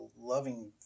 loving